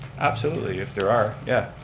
absolutely, if there are, yeah.